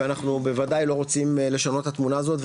ואנחנו בוודאי לא רוצים לשנות את התמונה הזאת,